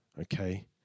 okay